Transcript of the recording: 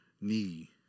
knee